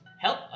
help